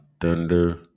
Thunder